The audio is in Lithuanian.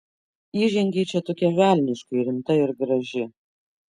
įžengei čia tokia velniškai rimta ir graži